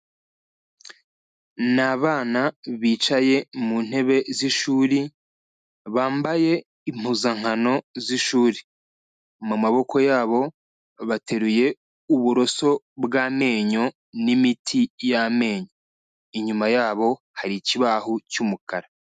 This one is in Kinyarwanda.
Ni abana bicaye mu ntebe z'ishuri, bambaye impuzankano z'ishuri, mu maboko yabo bateruye uburoso bw'amenyo n'imiti y'amenyo. Inyuma yabo hari ikibaho cy'umukara.